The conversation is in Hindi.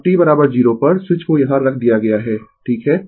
अब t 0 पर स्विच को यहाँ रख दिया गया है ठीक है